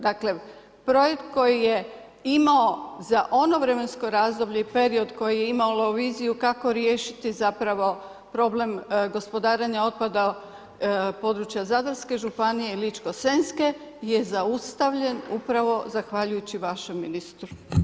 Dakle, projekt koji je imao za ono vremensko razdoblje i period koji je imalo viziju kako riješiti zapravo problem gospodarenja otpada područja Zadarske županije i Ličko-senjske je zaustavljen upravo zahvaljujući vašem ministru.